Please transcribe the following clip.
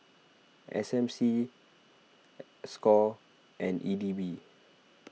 S M C Score and E D B